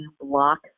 block